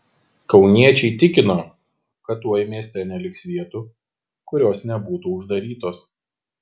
kauniečiai tikino kad tuoj mieste neliks vietų kurios nebūtų uždarytos